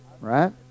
Right